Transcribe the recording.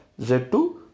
Z2